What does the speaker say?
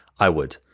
i would,